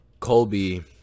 colby